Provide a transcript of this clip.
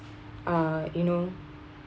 uh you know